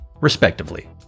respectively